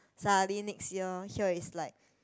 suddenly next year here is like